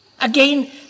Again